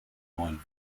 neuen